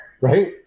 right